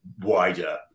wider